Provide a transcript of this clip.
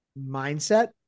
mindset